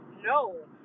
No